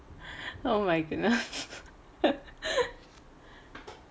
oh my goodness